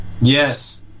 yes